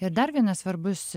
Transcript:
ir dar vienas svarbus